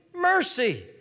mercy